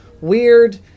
weird